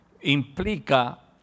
implica